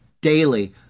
daily